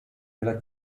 della